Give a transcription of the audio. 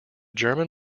german